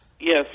Yes